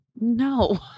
No